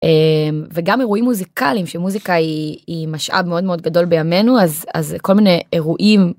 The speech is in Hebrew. וגם אירועים מוזיקליים שמוזיקה היא משאב מאוד מאוד גדול בימינו אז כל מיני אירועים.